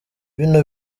bino